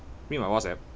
read my whatsapp